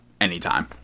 anytime